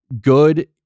good